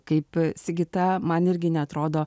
kaip sigita man irgi neatrodo